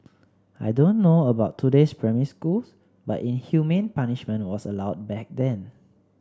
I don't know about today's primary schools but inhumane punishment was allowed back then